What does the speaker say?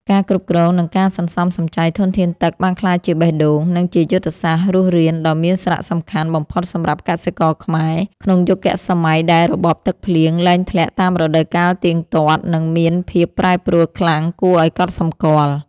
ការគ្រប់គ្រង និងការសន្សំសំចៃធនធានទឹកបានក្លាយជាបេះដូង និងជាយុទ្ធសាស្ត្ររស់រានដ៏មានសារៈសំខាន់បំផុតសម្រាប់កសិករខ្មែរ ក្នុងយុគសម័យដែលរបបទឹកភ្លៀងលែងធ្លាក់តាមរដូវកាលទៀងទាត់ និងមានភាពប្រែប្រួលខ្លាំងគួរឱ្យកត់សម្គាល់។